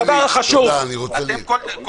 תודה, אלי.